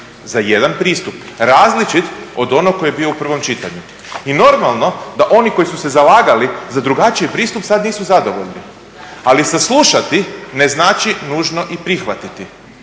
za jedan pristup različit od onog koji je bio u prvom čitanju. I normalno da oni koji su se zalagali za drugačiji pristup sad nisu zadovoljni, ali saslušati ne znači nužno i prihvatiti.